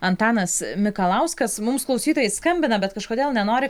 antanas mikalauskas mums klausytojai skambina bet kažkodėl nenori